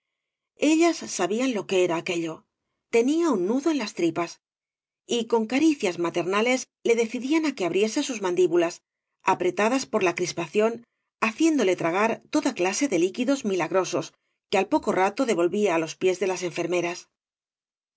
ellas sabían lo que era aquello tenía un nudo en las tripas y con caricias maternales le decidían á que abriese bub mandíbulas apretadas por la crispaeíód haciéndole tragar toda clase de líquidos milagrosos que al poco rato devolvía los pies de las enfermeras